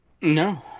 No